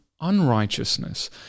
unrighteousness